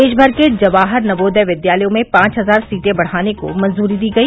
देशभर के जवाहर नवोदय विद्यालयों में पांच हजार सीटें बढ़ाने को मंजूरी दी गई